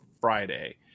Friday